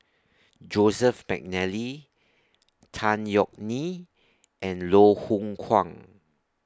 Joseph Mcnally Tan Yeok Nee and Loh Hoong Kwan